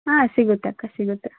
ಹಾಂ ಸಿಗುತ್ತಕ್ಕ ಸಿಗುತ್ತೆ